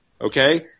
Okay